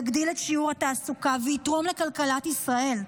יגדיל את שיעור התעסוקה ויתרום לכלכלת ישראל.